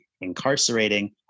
incarcerating